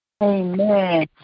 Amen